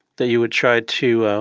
that you would try to